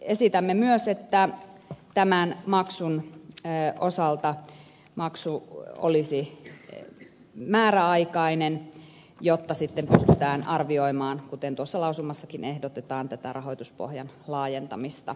esitämme myös maksun osalta että tämä maksu olisi määräaikainen jotta sitten pystytään arvioimaan kuten tuossa lausumassakin ehdotetaan tätä rahoituspohjan laajentamista